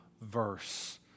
verse